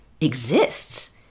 exists